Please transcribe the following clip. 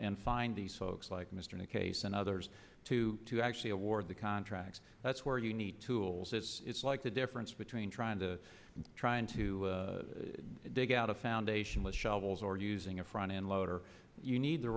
find these folks like mr new case and others to actually award the contracts that's where you need tools is it's like the difference between trying to trying to dig out a foundation with shovels or using a front end loader you need the